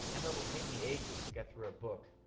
and it'll take me ages to get through a book.